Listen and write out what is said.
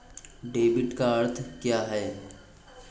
Debit का अर्थ क्या है?